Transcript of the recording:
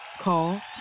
Call